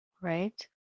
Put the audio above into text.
right